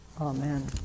Amen